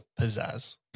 pizzazz